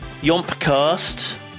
Yompcast